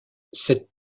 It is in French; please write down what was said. cette